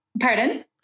Pardon